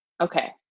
Okay